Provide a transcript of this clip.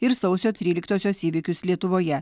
ir sausio tryliktosios įvykius lietuvoje